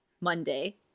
Monday